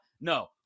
No